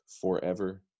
forever